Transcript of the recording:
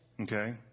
Okay